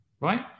right